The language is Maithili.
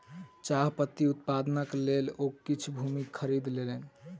चाह पत्ती उत्पादनक लेल ओ किछ भूमि खरीद लेलैन